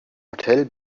hotel